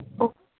okay